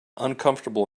uncomfortable